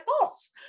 boss